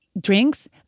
drinks